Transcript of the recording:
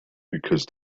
because